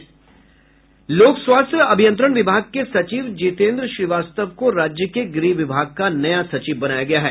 लोक स्वास्थ्य अभियंत्रण विभाग के सचिव जितेन्द्र श्रीवास्तव को राज्य के गृह विभाग का नया सचिव बनाया गया है